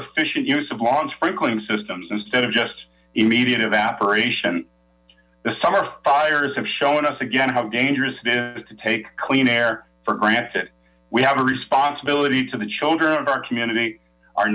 efficient use of lawns sprinkling systems instead of just immediate evaporation this summer fires have shown us again how dangerous this is to take clean air for granted we have a responsibility to the children of our community our